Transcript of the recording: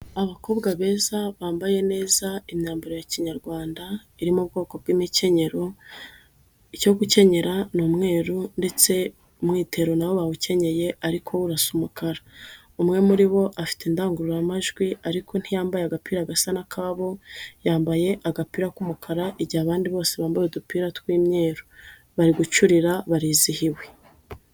Abakobwa beza bambaye neza imyambaro ya kinyarwanda, iri mu bwoko bw'imikenyero, iyo gukenyera ni umweru ndetse umwitero na wo bawukenye ariko urasa umukara, umwe muri bo afite indangururamajwi ariko ntiyambaye agapira gasa n'akabo, yambaye agapira k'umukara, igihe abandi bose bambaye udupira tw'imweru, bari gucurira barizihiwe.